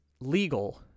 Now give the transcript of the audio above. legal